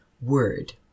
word